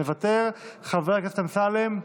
מוותר, חבר הכנסת אמסלם,